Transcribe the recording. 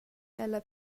ella